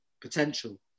potential